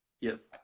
Yes